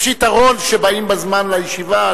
יש יתרון שבאים בזמן לישיבה,